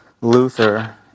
Luther